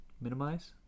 Minimize